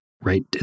right